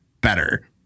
better